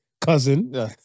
cousin